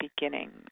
beginning